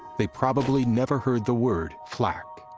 they probably never heard the word flak.